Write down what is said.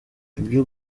ibyo